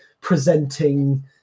presenting